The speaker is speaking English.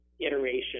iteration